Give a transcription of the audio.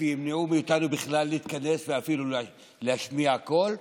וימנעו מאיתנו בכלל להתכנס ואפילו להשמיע קול?